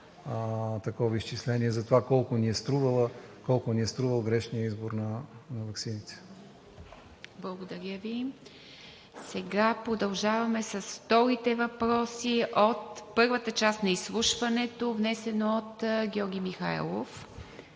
такова изчисление за това колко ни е струвал грешният избор на ваксините. ПРЕДСЕДАТЕЛ ИВА МИТЕВА: Благодаря Ви. Продължаваме с вторите въпроси от първата част на изслушването, внесено от Георги Михайлов.